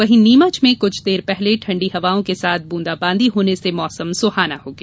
वहीं नीमच में कुछ देर पहले ठण्डी हवाओं के साथ ब्रेदा बांदी होने से मौसम सुहाना हो गया